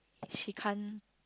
she can't